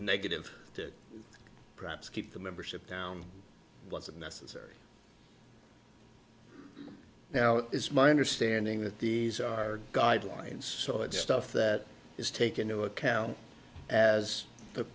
negative to perhaps keep the membership down wasn't necessary now is my understanding that these are guidelines so it's stuff that is take into account as the